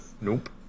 nope